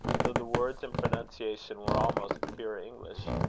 though the words and pronunciation were almost pure english.